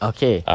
Okay